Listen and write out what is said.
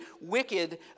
wicked